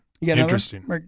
Interesting